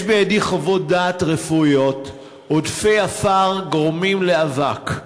יש בידי חוות דעת רפואיות: עודפי עפר גורמים לאבק,